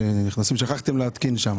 שכחתם להתקין שם.